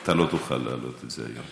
אתה לא תוכל להעלות את זה היום.